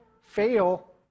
fail